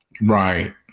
Right